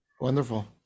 Wonderful